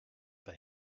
they